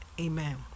Amen